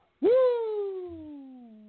Woo